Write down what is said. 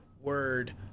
word